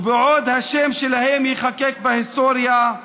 ובעוד השם שלהם ייחקק בהיסטוריה,